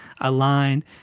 aligned